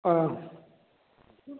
ꯑꯥ